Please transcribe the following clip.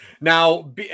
Now